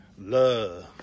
love